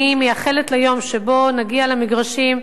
אני מייחלת ליום שבו נגיע למגרשים,